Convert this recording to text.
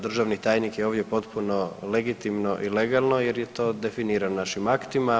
Državni tajnik je ovdje potpuno legitimno i legalno jer je to definirano našim aktima.